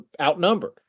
outnumbered